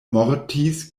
mortis